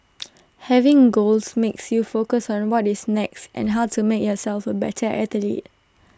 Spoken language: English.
having goals makes you focus on what is next and how to make yourself A better athlete